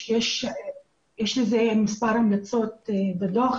יש לזה מספר המלצות בדו"ח,